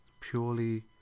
purely